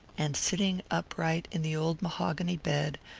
and sitting upright in the old mahogany bed,